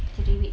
cerewet